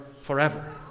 forever